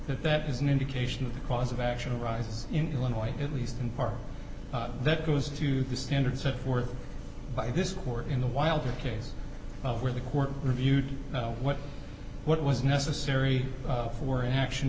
that that is an indication of the cause of action a rise in illinois at least in part that goes to the standards set forth by this court in the wild a case where the court reviewed what what was necessary for an action